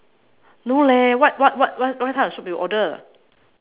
no leh what what what what type of soup you order